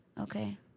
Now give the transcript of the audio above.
Okay